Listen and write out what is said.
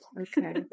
Okay